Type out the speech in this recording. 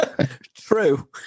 True